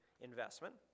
investment